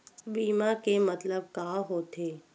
बीमा के मतलब का होथे?